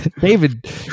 David